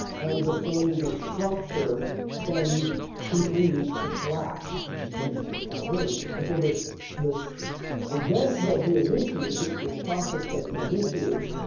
and the thing, the structure then continues to collapse and continues to fall in. and so this this event that he initiates, this process that he initiates,